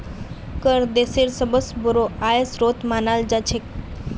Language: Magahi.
कर देशेर सबस बोरो आय स्रोत मानाल जा छेक